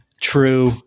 True